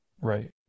Right